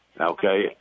Okay